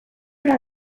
ona